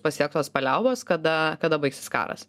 pasiektos paliaubos kada kada baigsis karas